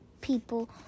people